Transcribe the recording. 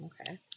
Okay